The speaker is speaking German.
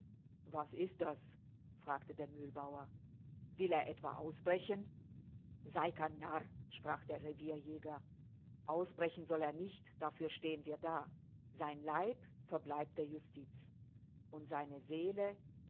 was ist das fragte der mühlbauer will er etwa ausbrechen seid kein narr sprach der revierjäger ausbrechen soll er nicht dafür stehen wir da sein leib verbleibt der justiz und seine seele